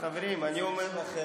אז חברים, אני אומר לכם,